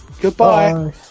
goodbye